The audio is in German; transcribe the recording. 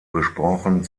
besprochen